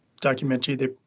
documentary